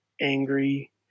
angry